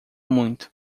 muito